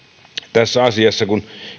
tässä asiassa kun